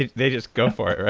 ah they just go for